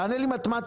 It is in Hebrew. תענה לי במתמטיקה.